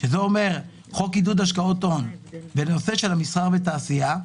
שזה אומר: חוק עידוד השקעות הון בנושא של מסחר ותעשייה,